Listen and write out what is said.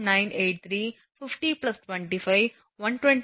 98350 25 127 110